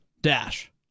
dash